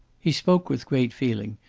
he spoke with great feeling,